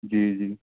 جی جی